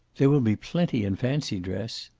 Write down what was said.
there will be plenty in fancy dress.